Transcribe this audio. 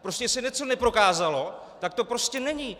Prostě se něco neprokázalo, tak to prostě není.